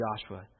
Joshua